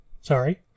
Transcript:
sorry